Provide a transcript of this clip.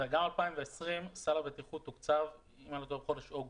לגבי 2020, סל הבטיחות תוקצב בחודש אוגוסט.